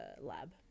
lab